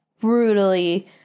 brutally